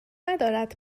ندارد